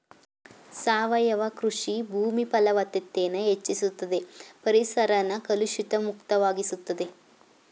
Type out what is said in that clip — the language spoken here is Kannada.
ಸಾವಯವ ಕೃಷಿ ಭೂಮಿ ಫಲವತ್ತತೆನ ಹೆಚ್ಚುಸ್ತದೆ ಪರಿಸರನ ಕಲುಷಿತ ಮುಕ್ತ ವಾಗಿಸ್ತದೆ